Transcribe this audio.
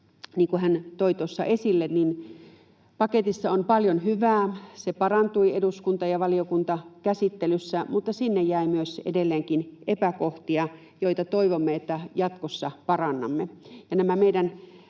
Niin kuin hän toi tuossa esille, paketissa on paljon hyvää. Se parantui eduskunta- ja valiokuntakäsittelyssä, mutta sinne jäi edelleenkin myös epäkohtia, joista toivomme, että jatkossa niitä parannamme.